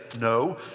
no